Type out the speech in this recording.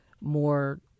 more